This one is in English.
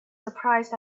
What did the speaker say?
surprised